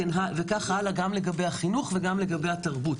וכך הלאה גם לגבי החינוך וגם לגבי התרבות.